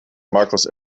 markus